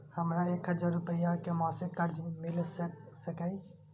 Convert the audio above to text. हमरा एक हजार रुपया के मासिक कर्ज मिल सकिय?